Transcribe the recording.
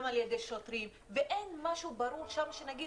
גם על ידי שוטרים ואין משהו ברור שנגיד,